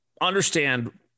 understand